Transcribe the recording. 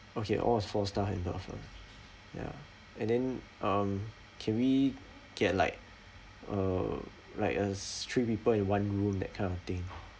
okay all is four star and above ah ya and then um can we get like uh like us three people in one room that kind of thing